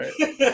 right